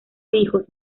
hijos